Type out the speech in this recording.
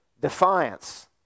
defiance